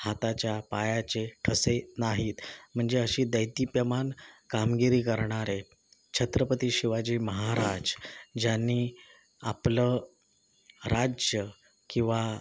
हाताच्या पायाचे ठसे नाहीत म्हणजे अशी दैदिप्यमान कामगिरी करणारे छत्रपती शिवाजी महाराज ज्यांनी आपलं राज्य किंवा